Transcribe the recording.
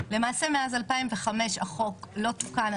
מ-2005 החוק לא תוקן,